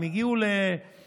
אם הם הגיעו ל-15,